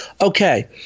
okay